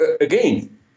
again